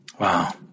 Wow